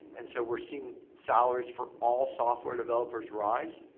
and so we're seeing salaries for all software developers rise,